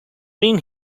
been